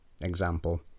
Example